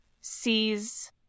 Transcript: sees